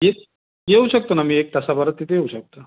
ये येऊ शकतो ना मी एक तासाभरात तिथे येऊ शकतो